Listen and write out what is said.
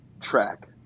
track